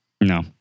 No